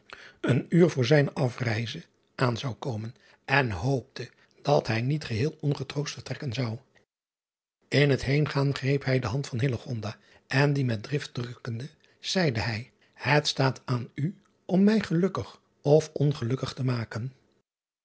een uur voor zijne afreize aan zou komen en hoopte dat hij niet geheel ongetroost vertrekken zou n het heengaan greep hij de hand van en die met drift drukkende zeide hij et staat aan u om mij gelukkig of ongelukkig te maken